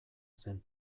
zen